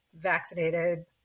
vaccinated